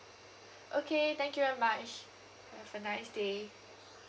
okay thank you very much have a nice day